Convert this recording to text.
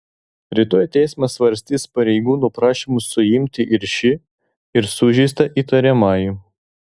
rytoj teismas svarstys pareigūnų prašymus suimti ir šį ir sužeistą įtariamąjį